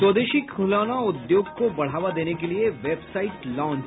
स्वदेशी खिलौना उद्योग को बढ़ावा देने के लिये वेबसाईट लॉन्च